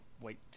wait